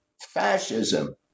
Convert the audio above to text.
fascism